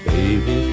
Baby